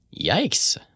Yikes